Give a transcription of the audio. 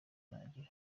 nagira